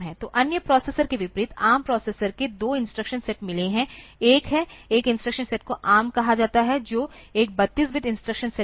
तो अन्य प्रोसेसर के विपरीत ARM प्रोसेसर को दो इंस्ट्रक्शन सेट मिले हैं एक है एक इंस्ट्रक्शन सेट को ARM कहा जाता है जो एक 32 बिट इंस्ट्रक्शन सेट है